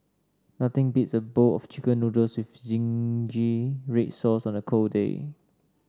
nothing beats a bowl of chicken noodles with zingy red sauce on a cold day